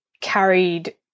carried